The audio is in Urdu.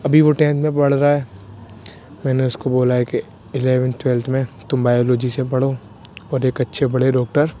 ابھی وہ ٹینتھ میں پڑھ رہا ہے میں نے اس کو بولا ہے کہ الیون ٹویلتھ میں تم بایولوجی سے پڑھو اور ایک اچھے بڑے ڈاکٹر